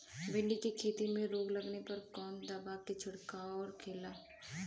भिंडी की खेती में रोग लगने पर कौन दवा के छिड़काव खेला?